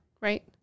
right